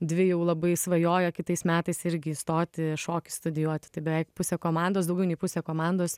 dvi jau labai svajoja kitais metais irgi įstoti šokį studijuoti tai beveik pusė komandos daugiau nei pusė komandos